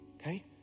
okay